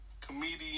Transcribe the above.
comedian